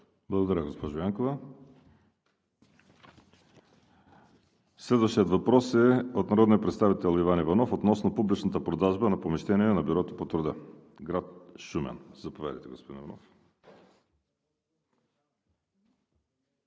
Благодаря, госпожо Янкова. Следващият въпрос е от народния представител Иван Валентинов Иванов относно публичната продажба на помещения на Бюрото по труда в град Шумен. Заповядайте, господин Иванов.